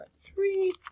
three